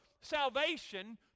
salvation